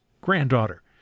granddaughter